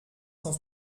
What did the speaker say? cent